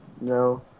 No